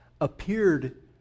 appeared